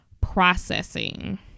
processing